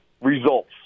results